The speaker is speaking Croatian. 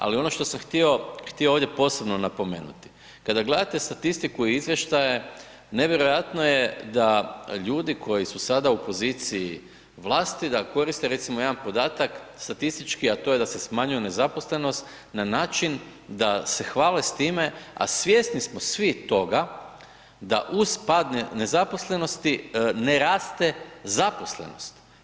Ali ono što sam htio, htio ovdje posebno napomenuti, kada gledate statistiku izvještaja nevjerojatno je da ljudi koji su sada u poziciji vlasti da koriste recimo jedan podatak statistički, a to je da se smanjuje nezaposlenost na način da se hvale s time, a svjesni smo svi toga da uz pad nezaposlenosti, ne raste zaposlenost.